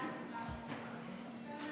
ההצעה